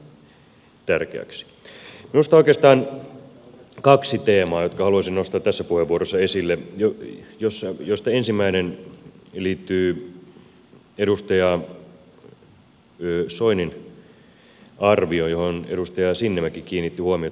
minusta on oikeastaan kaksi teemaa jotka haluaisin nostaa tässä puheenvuorossa esille joista ensimmäinen liittyy edustaja soinin arvioon johon edustaja sinnemäki kiinnitti huomiota